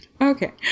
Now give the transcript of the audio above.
Okay